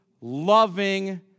loving